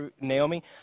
Naomi